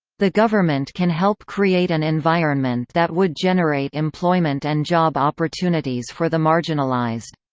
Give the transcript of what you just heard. the government can help create an environment that would generate employment and job opportunities for the marginalized.